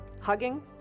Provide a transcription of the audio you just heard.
hugging